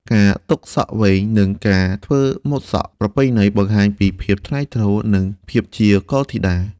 ការទុកសក់វែង និងការធ្វើម៉ូតសក់ប្រពៃណី បង្ហាញពីភាពថ្លៃថ្នូរ និងភាពជាកុលធីតា។